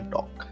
Talk